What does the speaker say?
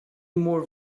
more